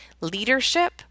Leadership